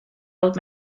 old